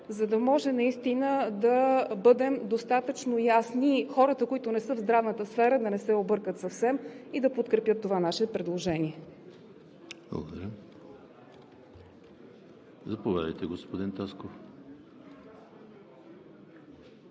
за да може наистина да бъдем достатъчно ясни и хората, които не са в здравната сфера, да не се объркат съвсем и да подкрепят това наше предложение. ПРЕДСЕДАТЕЛ ЕМИЛ ХРИСТОВ: Благодаря. Заповядайте, господин Тасков.